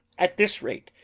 at this rate,